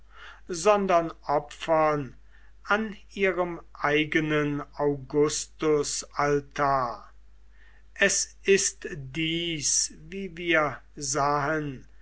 sondern opfern an ihrem eigenen augustus altar es ist dies wie wir sahen